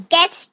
Get